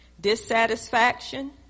dissatisfaction